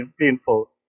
painful